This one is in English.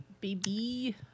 Baby